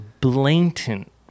blatant